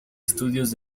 estudios